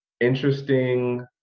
interesting